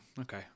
okay